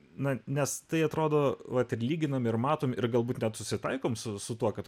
na nes tai atrodo vat lyginame ir matome ir galbūt net susitaikome su tuo kad